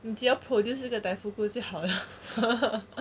你只要 produce 一个就好 liao